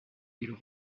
ils